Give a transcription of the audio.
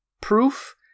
proof